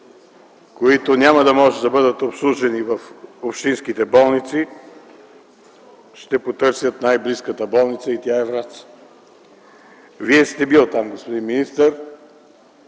които няма да може да бъдат обслужени в общинските болници, ще потърсят най-близката болница и тя е във Враца. Вие сте били там, господин министър,